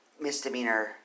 misdemeanor